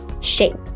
shape